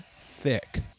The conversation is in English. Thick